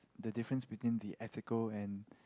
the difference between the ethical and